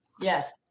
Yes